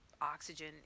oxygen